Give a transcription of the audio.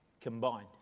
combined